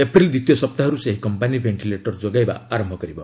April ଦ୍ୱିତୀୟ ସପ୍ତାହର୍ ସେହି କମ୍ପାନୀ ଭେଷ୍ଟିଲେଟର ଯୋଗାଇବା ଆରମ୍ଭ କରିବ